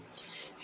हे R आहे